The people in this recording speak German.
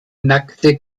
nackte